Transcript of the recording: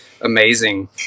amazing